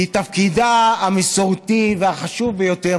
כי תפקידה המסורתי והחשוב ביותר,